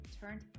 turned